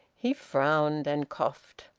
he frowned and coughed.